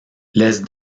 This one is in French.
laisse